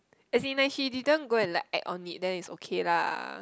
if be may she didn't go and let add on it then is okay lah